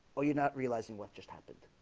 or you're not realizing. what just happened